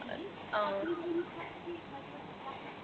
اۭں